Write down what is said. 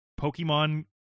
Pokemon